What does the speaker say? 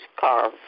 car